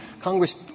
Congress